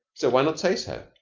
so why not say so?